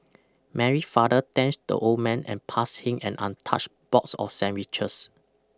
Mary father thanked the old man and passed him an untouched box of sandwiches